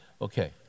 Okay